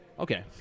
Okay